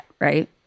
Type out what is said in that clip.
Right